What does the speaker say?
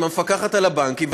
עם המפקחת על הבנקים,